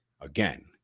Again